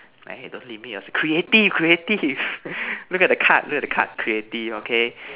hey don't limit yourself creative creative look at the card look at the card creative okay